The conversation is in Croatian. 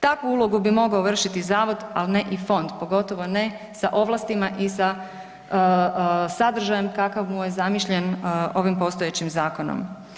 Takvu ulogu bi mogao vršiti zavod a ne i fond, pogotovo ne sa ovlastima i sa sadržajem kakav mu je zamišljen ovim postojećim zakonom.